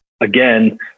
again